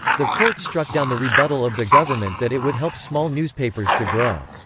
the court struck down the rebuttal of the government that it would help small newspapers to grow.